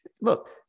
look